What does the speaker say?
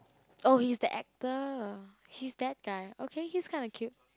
oh he is the actor he is that guy okay he's kind of cute